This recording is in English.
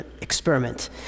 Experiment